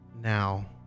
now